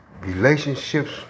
relationships